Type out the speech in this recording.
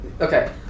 Okay